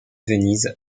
venise